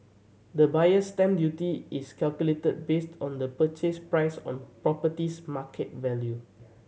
the Buyer's Stamp Duty is calculated based on the purchase price or property's market value